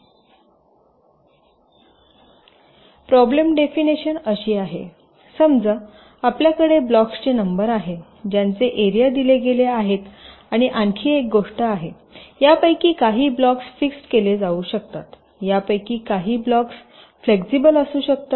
problem definition अशी आहे समजा आपल्याकडे ब्लॉक्सची नंबर आहे ज्यांचे एरिया दिले गेले आहेत आणि आणखी एक गोष्ट आहे यापैकी काही ब्लॉक्स फिक्स्ड केले जाऊ शकतात यापैकी काही ब्लॉक्स फ्लेक्सिबल असू शकतात